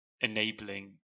enabling